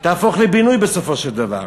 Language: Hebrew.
תהפוך לבינוי בסופו של דבר?